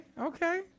okay